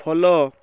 follow